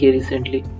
recently